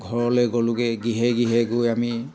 ঘৰলৈ গ'লোগৈ গৃহে গৃহে গৈ আমি